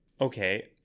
okay